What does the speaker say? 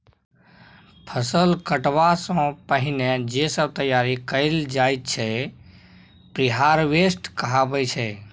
फसल कटबा सँ पहिने जे सब तैयारी कएल जाइत छै प्रिहारवेस्ट कहाबै छै